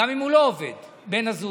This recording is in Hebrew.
גם אם הוא לא עובד, בן הזוג,